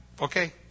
okay